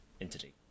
entity